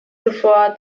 zuvor